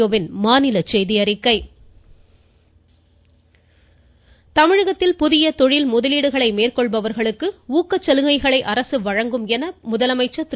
பழனிச்சாமி தமிழகத்தில் புதிய தொழில் முதலீடுகளை மேற்கொள்பவர்களுக்கு ஊக்கச் சலுகைகளை அரசு வழங்கும் என முதலமைச்சர் திரு